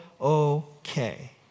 okay